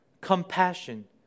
Compassion